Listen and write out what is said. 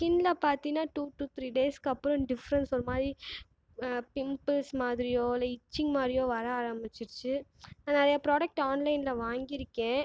ஸ்கினில் பார்த்தீங்கனா two to three டேஸ்க்கு அப்புறம் டிஃப்ரன்ஸ் ஒரு மாதிரி பிம்பிள்ஸ் மாதிரியோ இல்லை இச்சிங் மாதிரியோ வர ஆரமிச்சிடுச்சு நான் நிறைய ப்ராடெக்ட் ஆன்லைனில் வாங்கிருக்கேன்